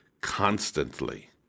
constantly